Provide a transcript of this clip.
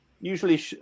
usually